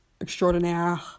extraordinaire